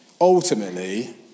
Ultimately